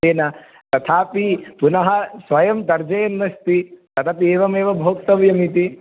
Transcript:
तेन तथापि पुनः स्वयं तर्जयन्नस्ति तदपि एवमेव भोक्तव्यमिति